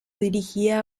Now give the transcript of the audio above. dirigía